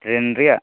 train ᱨᱮᱭᱟᱜ